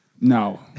no